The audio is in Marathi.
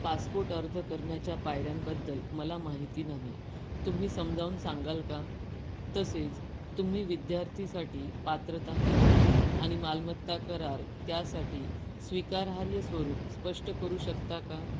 पासपोर्ट अर्ज करण्याच्या पायऱ्यांबद्दल मला माहिती नाही तुम्ही समजावून सांगाल का तसेच तुम्ही विद्यार्थीसाठी पात्रता निकष आणि मालमत्ता करार त्यासाठी स्वीकारार्ह स्वरूप स्पष्ट करू शकता का